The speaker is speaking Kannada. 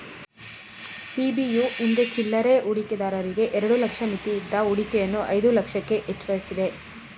ಸಿ.ಬಿ.ಯು ಹಿಂದೆ ಚಿಲ್ಲರೆ ಹೂಡಿಕೆದಾರರಿಗೆ ಎರಡು ಲಕ್ಷ ಮಿತಿಯಿದ್ದ ಹೂಡಿಕೆಯನ್ನು ಐದು ಲಕ್ಷಕ್ಕೆ ಹೆಚ್ವಸಿದೆ